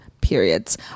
periods